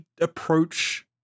approach